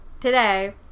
today